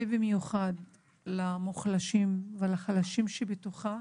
ובמיוחד למוחלשים ולחלשים שבתוכה.